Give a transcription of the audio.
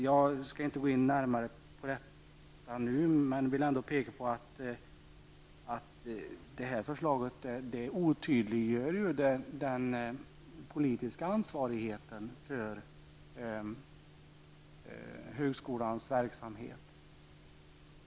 Jag skall inte gå in närmare på detta men vill ändå peka på att den föreslagna ordningen otydliggör den politiska ansvarigheten för högskolans verksamhet.